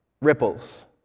ripples